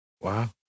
Wow